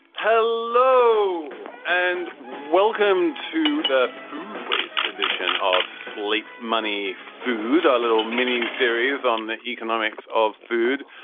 hello and welcome to the waste edition of sleep money, food a little mini series on the economics of food.